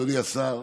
אדוני השר,